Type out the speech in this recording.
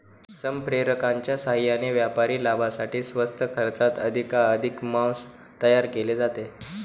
संप्रेरकांच्या साहाय्याने व्यापारी लाभासाठी स्वस्त खर्चात अधिकाधिक मांस तयार केले जाते